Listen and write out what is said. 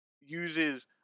uses